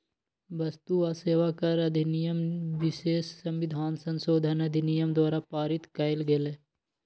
वस्तु आ सेवा कर अधिनियम विशेष संविधान संशोधन अधिनियम द्वारा पारित कएल गेल